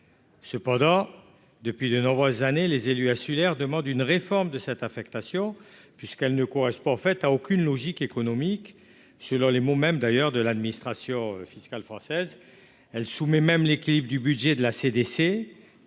Cependant, depuis de nombreuses années, les élus insulaires demandent une réforme de cette affectation. En effet, elle ne correspond à aucune logique économique, selon les mots mêmes, d'ailleurs, de l'administration fiscale française, puisqu'elle subordonne l'équilibre du budget de la CDC